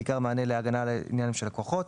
ובעיקר מענה להגנה על עניינם של לקוחות,